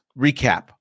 recap